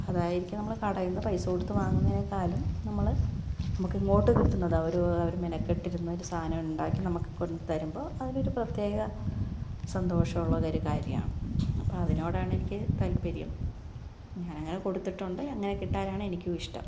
അതായിരിക്കും നമ്മൾ കടയിൽനിന്ന് പൈസ കൊടുത്ത് വാങ്ങുന്നതിനെക്കാളും നമ്മൾ നമുക്ക് ഇങ്ങോട്ട് കിട്ടുന്നത് അവർ അവർ മെനക്കെട്ടിരുന്ന് ഒരു സാധനം ഉണ്ടാക്കി നമുക്ക് കൊണ്ടുത്തരുമ്പോൾ അതിനൊരു പ്രത്യേക സന്തോഷമുള്ള ഒരു കാര്യമാണ് അപ്പം അതിനോടാണ് എനിക്ക് താല്പര്യം ഞാനങ്ങനെ കൊടുത്തിട്ടുണ്ട് അങ്ങനെ കിട്ടാനാണ് എനിക്കും ഇഷ്ടം